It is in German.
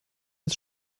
ist